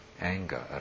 anger